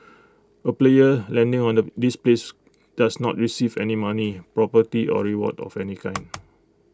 A player landing on the this place does not receive any money property or reward of any kind